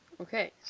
Okay